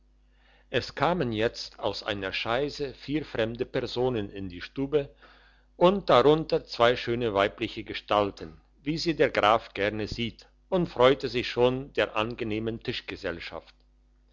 es kamen jetzt aus einer chaise vier fremde personen in die stube und darunter zwei schöne weibliche gestalten wie sie der graf gerne sieht und freute sich schon der angenehmen